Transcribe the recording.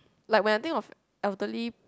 like when I think of elderly